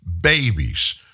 babies